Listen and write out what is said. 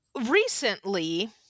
Recently